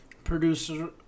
producer